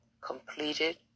completed